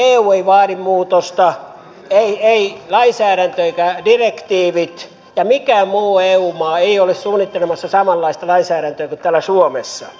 niin kuin täällä on käynyt ilmi eu ei vaadi muutosta ei lainsäädäntö eivätkä direktiivit ja mikään muu eu maa ei ole suunnittelemassa samanlaista lainsäädäntöä kuin täällä suomessa